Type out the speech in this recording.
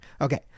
okay